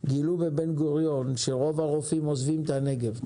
גילו בבן גוריון שרוב הרופאים עוזבים את הנגב.